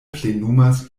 plenumas